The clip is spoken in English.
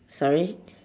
sorry